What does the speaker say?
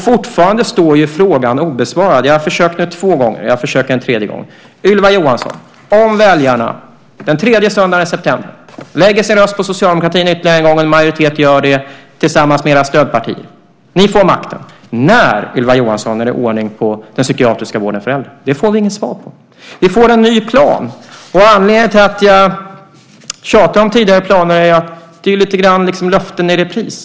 Fortfarande står också frågan obesvarad, Ylva Johansson - jag har nu försökt två gånger; jag försöker en tredje gång: Om en majoritet av väljarna den tredje söndagen i september ytterligare en gång lägger sin röst på Socialdemokraterna och era stödpartier och ni får makten, när blir det ordning på den psykiatriska vården för äldre? Det får vi inget svar på. Vi får en ny plan. Anledningen till att jag tjatar om tidigare planer är att detta lite grann är löften i repris.